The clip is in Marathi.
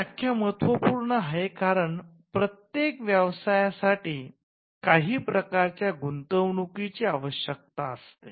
ही व्याख्या महत्त्वपूर्ण आहे कारण प्रत्येक व्यवसायासाठी काही प्रकारच्या गुंतवणूकीची आवश्यकता असते